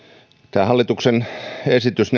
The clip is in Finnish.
tämä hallituksen esitys